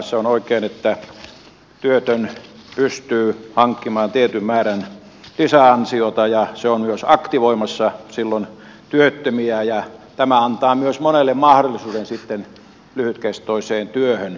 se on oikein että työtön pystyy hankkimaan tietyn määrän lisäansiota ja se on myös aktivoimassa silloin työttömiä ja tämä antaa myös monelle mahdollisuuden lyhytkestoiseen työhön